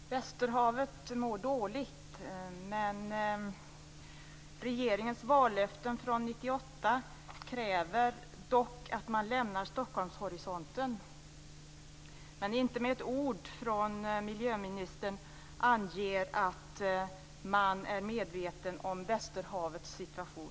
Fru talman! Västerhavet mår dåligt. Regeringens vallöften från 1998 kräver att man lämnar Stockholmshorisonten. Inte ett ord från miljöministern anger att man är medveten om västerhavets situation.